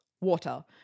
water